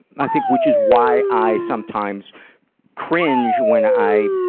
i think, which is why i sometimes cringe when i,